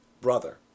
Brother